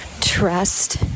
trust